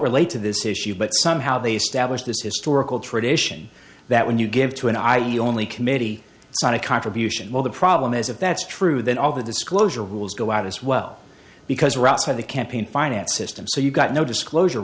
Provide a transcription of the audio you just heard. relate to this issue but somehow they stablish this historical tradition that when you give to an i e only committee it's not a contribution well the problem is if that's true then all the disclosure rules go out as well because we're outside the campaign finance system so you've got no disclosure